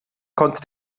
konnte